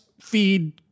feed